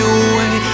away